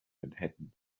manhattan